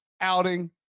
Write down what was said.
outing